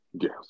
Yes